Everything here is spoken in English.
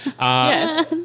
Yes